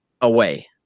away